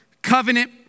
Covenant